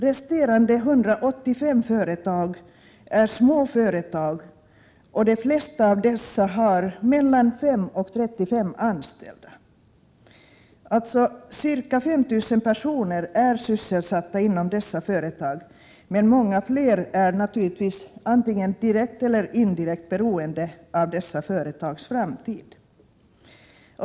Resterande 185 är små företag, av vilka de flesta har mellan 5 och 35 anställda. Dessa företag sysselsätter ca 5 000 personer, men många fler är naturligtvis antingen direkt eller indirekt beroende av dessa företags framtid.